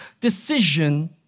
decision